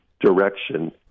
direction